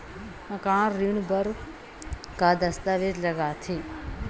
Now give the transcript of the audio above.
मकान ऋण बर का का दस्तावेज लगथे?